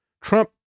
Trump